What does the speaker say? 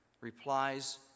replies